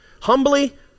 Humbly